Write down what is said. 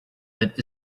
that